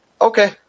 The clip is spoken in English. okay